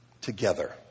together